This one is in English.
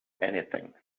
anything